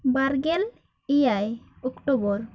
ᱵᱟᱨ ᱜᱮᱞ ᱮᱭᱟᱭ ᱚᱠᱴᱩᱵᱚᱨ